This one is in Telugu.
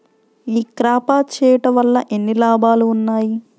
ఈ క్రాప చేయుట వల్ల ఎన్ని లాభాలు ఉన్నాయి?